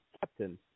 captain